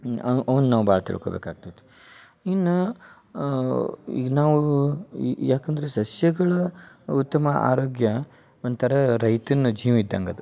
ಅವು ಅವ್ನ ನಾವು ಭಾಳ ತಿಳ್ಕೊಬೇಕು ಆಗ್ತತಿ ಇನ್ನು ಈಗ ನಾವು ಈ ಯಾಕಂದರೆ ಸಸ್ಯಗಳ ಉತ್ತಮ ಅರೋಗ್ಯ ಒಂಥರ ರೈತನ ಜೀವ ಇದ್ದಂಗೆ ಅದು